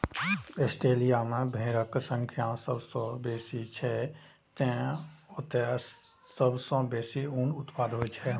Australia मे भेड़क संख्या सबसं बेसी छै, तें ओतय सबसं बेसी ऊनक उत्पादन होइ छै